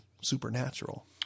supernatural